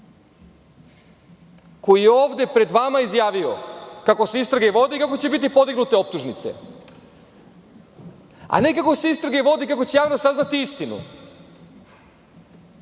koji je ovde pred vama izjavio kako se istrage vode i kako će biti podignute optužnice, a ne kako se istrage vode i kako će javnost saznati istinu.